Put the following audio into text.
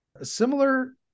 Similar